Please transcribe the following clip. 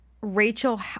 Rachel